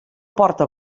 porta